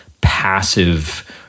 passive